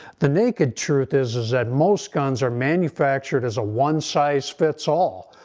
the naked truth is is that most guns are manufactured as a one size fits all,